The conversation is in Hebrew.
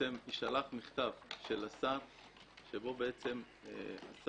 שיישלח מכתב של בשר שבו הוא מבקש